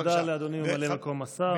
תודה לאדוני ממלא מקום השר.